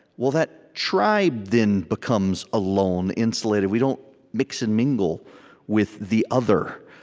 well, that tribe then becomes alone, insulated. we don't mix and mingle with the other.